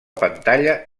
pantalla